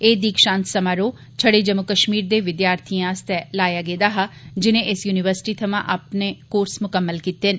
एह् दीक्षांत समारोह् छड़े जम्मू कश्मीर दे विद्यार्थिएं आस्तै लाया गेदा हा जिनें इस यूनिवर्सिटी थमां अपने कोर्स मुकम्मल कीते न